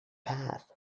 path